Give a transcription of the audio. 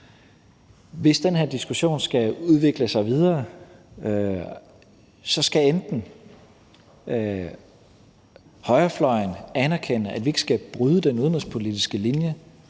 Hvis den her diskussion skal udvikle sig videre, skal højrefløjen måske anerkende, at vi ikke skal bryde den udenrigspolitiske linje,